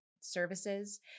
services